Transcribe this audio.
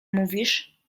mówisz